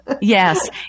Yes